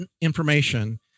information